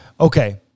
Okay